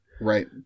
Right